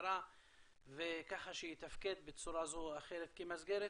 המשטרה וככה שיתפקד בצורה כזו או אחרת במסגרת